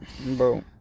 Bro